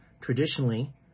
traditionally